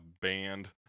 band